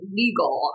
legal